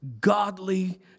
godly